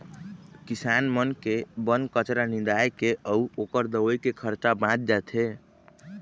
किसान मन के बन कचरा निंदाए के अउ ओखर दवई के खरचा बाच जाथे